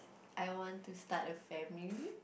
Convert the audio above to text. I want to start a family